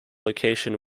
location